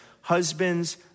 husbands